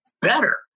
better